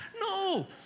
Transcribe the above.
No